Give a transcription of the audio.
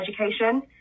education